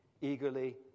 eagerly